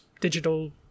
digital